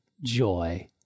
Joy